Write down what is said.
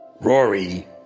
Rory